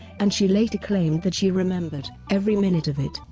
and she later claimed that she remembered every minute of it.